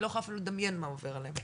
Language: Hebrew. אני לא יכולה אפילו לדמיין מה עובר עליהם.